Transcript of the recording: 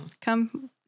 come